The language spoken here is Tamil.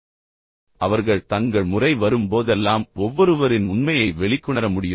இப்போது இந்த விஷயத்தில் உண்மையில் அவர்கள் தங்கள் முறை வரும்போதெல்லாம் ஒவ்வொருவரின் உண்மையை வெளிக்கொணர முடியும்